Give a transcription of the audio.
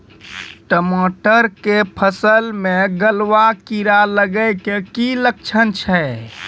टमाटर के फसल मे गलुआ कीड़ा लगे के की लक्छण छै